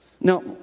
Now